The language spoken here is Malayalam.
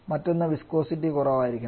മറ്റൊന്ന് വിസ്കോസിറ്റി കുറവായിരിക്കണം